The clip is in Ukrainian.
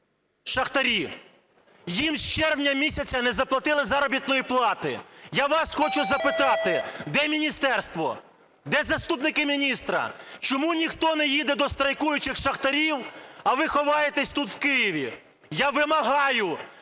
шахтарі. Їм з червня місяця не заплатили заробітної плати. Я вас хочу запитати, де міністерство, де заступники міністра? Чому ніхто не їде до страйкуючих шахтарів, а ви ховаєтесь тут, в Києві? Я вимагаю,